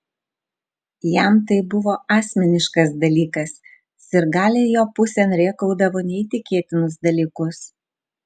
jam tai buvo asmeniškas dalykas sirgaliai jo pusėn rėkaudavo neįtikėtinus dalykus